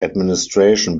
administration